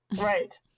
Right